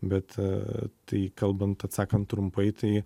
bet tai kalbant atsakant trumpai tai